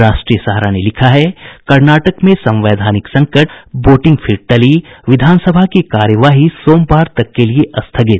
राष्ट्रीय सहारा ने लिखा है कर्नाटक में संवैधानकि संकट वोटिंग फिर टली विधानसभा की कार्यवाही सोमवार तक के लिये स्थगित